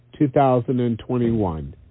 2021